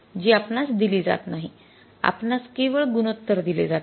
जी आपणास दिली जात नाही आपणास केवळ गुणोत्तर दिले जाते